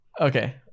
Okay